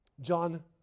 John